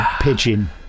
pigeon